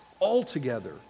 altogether